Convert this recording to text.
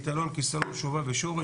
כסלון שואבה ושורש,